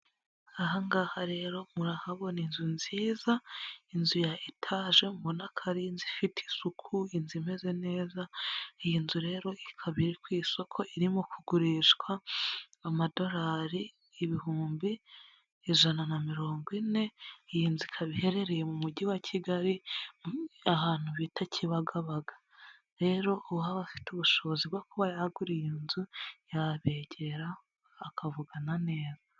Aha ngaha rero murahabona inzu nziza inzu ya etaje, mubona ko ari inzu ifite isuku, inzu imeze neza. Iyi nzu rero ikaba iri ku isoko irimo kugurishwa amadorari ibihumbi ijana na mirongo ine. Iyi nzu ikaba iherereye mu Mujyi wa Kigali, ahantu bita Kibagabaga. Rero, uwaba afite ubushobozi bwo kuba yagura iyo nzu, yabegera bakavugana neza.